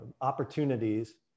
opportunities